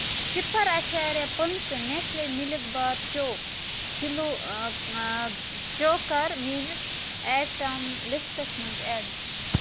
صِفر اَشاریا پٕنژٕہ نٮ۪سلے مِلک بار چو کِلو چو کَر میٲنِس آیٹم لسٹَس منٛز ایڈ